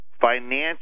financial